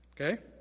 Okay